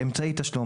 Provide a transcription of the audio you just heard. "אמצעי תשלום",